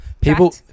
People